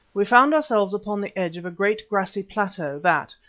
we found ourselves upon the edge of a great grassy plateau that,